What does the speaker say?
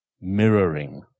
mirroring